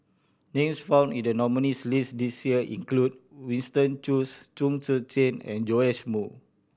names found in the nominees' list this year include Winston Choos Chong Tze Chien and Joash Moo